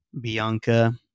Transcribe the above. Bianca